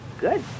good